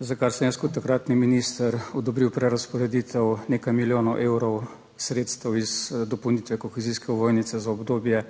za kar sem jaz kot takratni minister odobril prerazporeditev nekaj milijonov evrov sredstev iz dopolnitve kohezijske ovojnice za obdobje